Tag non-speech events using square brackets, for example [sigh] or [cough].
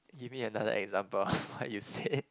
give me another example [laughs] of what you said